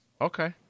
okay